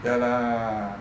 ya lah